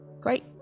Great